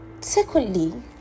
secondly